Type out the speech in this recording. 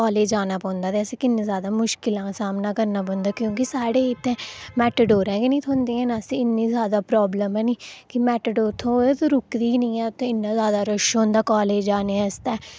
college जाना पौंदा ते असेंगी क'न्नी जादै मुश्कलें दा सामना करना पौंदा क्योंकि साढ़े इत्थै मेटाडोरां गै निं थ्होंदियां न असेंगी ते इ'न्नी जादै प्राॅब्लम ऐ नी ते मेटाडोर थ्होऐ ते रुकदी निं ऐ ते उत्थें इ'न्ना जादै रश होंदा काॅलेज जाने आस्तै